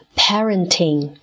parenting 。